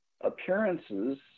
appearances